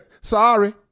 Sorry